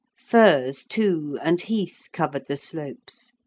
furze, too, and heath covered the slopes,